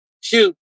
shoot